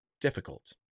difficult